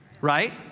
right